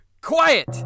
QUIET